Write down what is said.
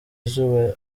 uzaba